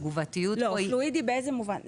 התגובתיות פה היא --- לא, פלואידי באיזה מובן?